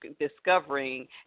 discovering